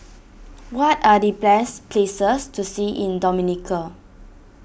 what are the bless places to see in Dominica